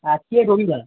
আজকে রবিবার